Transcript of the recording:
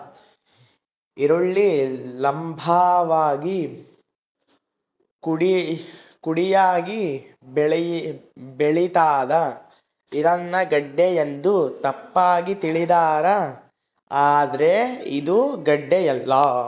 ಈರುಳ್ಳಿ ಲಂಭವಾಗಿ ಕುಡಿಯಾಗಿ ಬೆಳಿತಾದ ಇದನ್ನ ಗೆಡ್ಡೆ ಎಂದು ತಪ್ಪಾಗಿ ತಿಳಿದಾರ ಆದ್ರೆ ಇದು ಗಡ್ಡೆಯಲ್ಲ